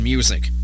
music